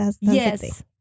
Yes